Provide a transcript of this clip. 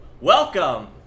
Welcome